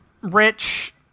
rich